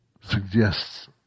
suggests